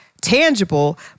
Tangible